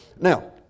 Now